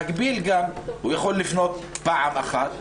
הוא יכול לפנות פעם אחת,